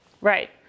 Right